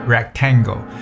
Rectangle